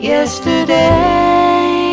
Yesterday